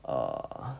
uh